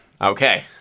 Okay